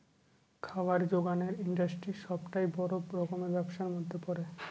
খাবার জোগানের ইন্ডাস্ট্রি সবটাই বড় রকমের ব্যবসার মধ্যে পড়ে